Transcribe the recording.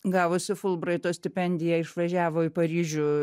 gavusi fulbraito stipendiją išvažiavo į paryžių